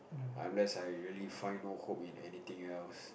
unless I really find no hope in anything else